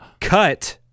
cut